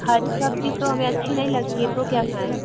हरी सब्जी तो अभी अच्छी नहीं लगती है तो क्या खाएं